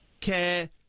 care